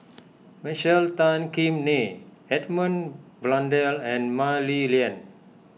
Michael Tan Kim Nei Edmund Blundell and Mah Li Lian